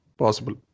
possible